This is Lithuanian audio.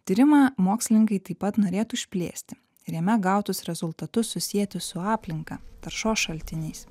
tyrimą mokslininkai taip pat norėtų išplėsti ir jame gautus rezultatus susieti su aplinka taršos šaltiniais